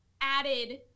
added